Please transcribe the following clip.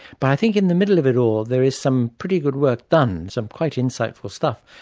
but i think in the middle of it all, there is some pretty good work done, some quite insightful stuff.